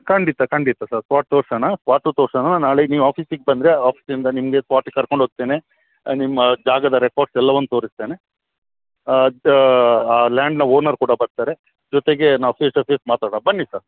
ಖಂಡಿತ ಖಂಡಿತ sir spot ತೋರ್ಸೋಣ ಸ್ಪಾಟು ತೋರ್ಸೋಣ ನಾಳೆ ನೀವು ಆಫೀಸಿಗೆ ಬಂದರೆ ಆಫೀಸಿಂದ ನಿಮಗೆ ಸ್ಪಾಟಿಗೆ ಕರ್ಕೊಂಡೋಗ್ತೇನೆ ನಿಮ್ಮ ಜಾಗದ ರೆಕೊರ್ಡ್ಸ್ ಎಲ್ಲವನ್ನು ತೋರಿಸ್ತೇನೆ ಆ ಲ್ಯಾಂಡ್ನ ಓನರ್ ಕೂಡ ಬರ್ತಾರೆ ಜೊತೆಗೆ ನಾವು ಫೇಸ್ ಟು ಫೇಸ್ ಮಾತಾಡುವ ಬನ್ನಿ ಸರ್